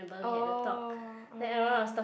oh oh ya